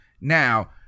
Now